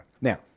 Now